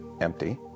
empty